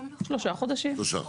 שלושה חודשים.